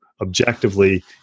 objectively